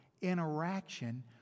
interaction